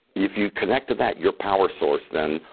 if you connect to that, your power source then,